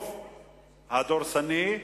הרוב הדורסני,